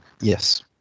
Yes